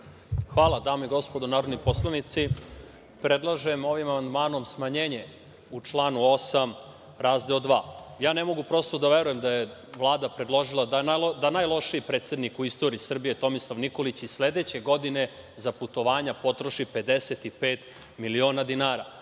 Hvala. Dame i gospodo narodni poslanici, predlažem ovim amandmanom smanjenje u članu 8. razdeo 2.Ja ne mogu prosto da verujem da je Vlada predložila da najlošiji predsednik u istoriji Srbije Tomislav Nikolić i sledeće godine za putovanja potroši 55 miliona dinara.